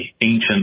ancient